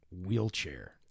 wheelchair